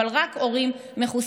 אבל רק אם ההורים מחוסנים.